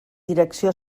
direcció